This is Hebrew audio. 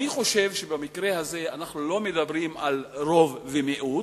אני חושב שבמקרה הזה אנחנו לא מדברים על רוב ומיעוט,